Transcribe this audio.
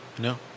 No